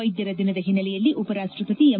ವೈದ್ಧರ ದಿನದ ಹಿನ್ನೆಲೆಯಲ್ಲಿ ಉಪರಾಷ್ಟಪತಿ ಎಂ